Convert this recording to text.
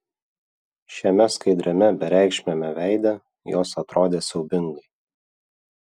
šiame skaidriame bereikšmiame veide jos atrodė siaubingai